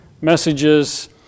messages